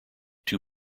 two